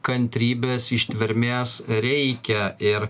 kantrybės ištvermės reikia ir